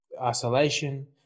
isolation